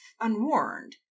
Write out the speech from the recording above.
unwarned